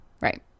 Right